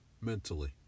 mentally